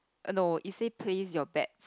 no it said place your bets